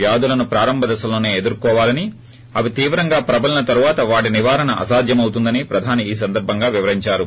వ్యాధులను ప్రారంభ దశలోసే ఎదుర్కోవాలని అవి తీవ్రంగా ప్రబలిన తరువాత వాటి నివారణ అసాధ్యమవుతుందని ప్రధాని ఈ సందర్భంగా వివరించారు